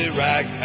Iraq